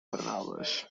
verraders